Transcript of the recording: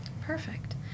Perfect